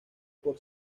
por